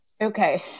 Okay